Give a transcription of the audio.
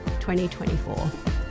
2024